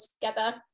together